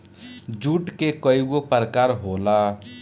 जुट के कइगो प्रकार होला